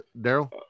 Daryl